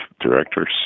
directors